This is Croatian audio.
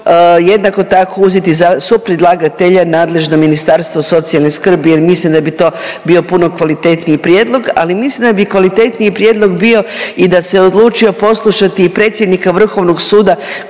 jednako tako uzeti za supredlagatelja nadležno Ministarstvo socijalne skrbi jel mislim da bi to bio puno kvalitetniji prijedlog, ali mislim da bi kvalitetniji prijedlog bio i da se odlučio poslušati i predsjednika vrhovnog suda